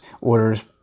orders